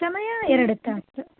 ಸಮಯ ಎರಡು ತಾಸು